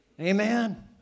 Amen